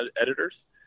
editors